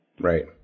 Right